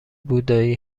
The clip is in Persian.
بودایی